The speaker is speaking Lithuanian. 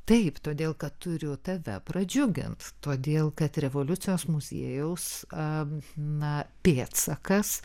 taip todėl kad turiu tave pradžiugint todėl kad revoliucijos muziejaus a na pėdsakas